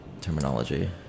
terminology